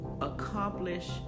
accomplish